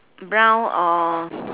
brown or